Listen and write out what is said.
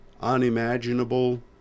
Unimaginable